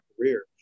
career